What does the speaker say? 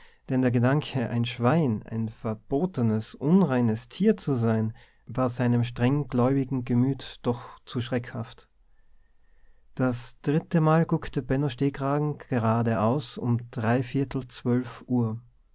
denn der gedanke ein schwein ein verbotenes unreines tier zu sein war seinem strenggläubigen gemüt doch zu schreckhaft das drittemal guckte benno stehkragen geradeaus um dreiviertel zwölf uhr